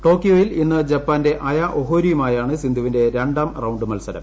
ടോക്കിയോയിൽ ഇന്ന് ജപ്പാന്റെ അയ ഒഹോരിയുമായാണ് സിന്ധുവിന്റെ രണ്ടാം റൌണ്ട് മത്സരം